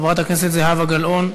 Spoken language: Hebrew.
חברת הכנסת זהבה גלאון,